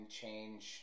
change